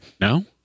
no